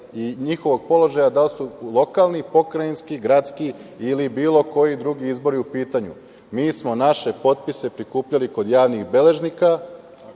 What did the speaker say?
i njihovog položaja, da li su lokalni, pokrajinski, gradski ili bilo koji izbori u pitanju. Mi smo naše potpise prikupljali kod javnih beležnika,